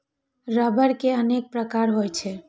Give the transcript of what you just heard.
रबड़ के अनेक प्रकार होइ छै